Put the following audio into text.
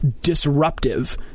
disruptive